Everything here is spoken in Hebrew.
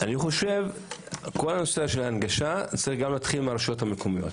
אני חושב שכול נושא ההנגשה צריך גם להתחיל מהרשויות המקומיות.